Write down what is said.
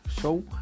show